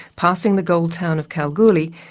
passing the gold town of kalgoorlie,